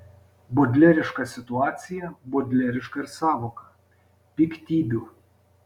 bodleriška situacija bodleriška ir sąvoka piktybių